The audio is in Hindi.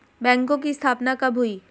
बैंकों की स्थापना कब हुई?